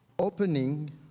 Opening